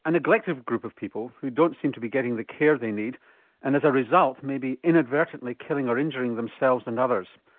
a neglected group of people who don't seem to be getting the care they need and as a result may be inadvertently killing or injuring themselves and others.